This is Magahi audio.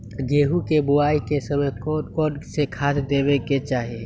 गेंहू के बोआई के समय कौन कौन से खाद देवे के चाही?